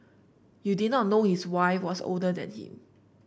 you did not know his wife was older than him